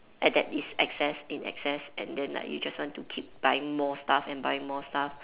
at that it's excess in excess and then like you just want to keep buying more stuff and buying more stuff